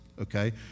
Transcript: Okay